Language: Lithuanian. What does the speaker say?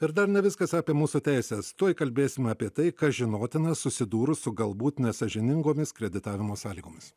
ir dar ne viskas apie mūsų teises tuoj kalbėsim apie tai kas žinotina susidūrus su galbūt nesąžiningomis kreditavimo sąlygomis